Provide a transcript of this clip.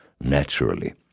naturally